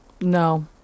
No